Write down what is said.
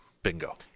Bingo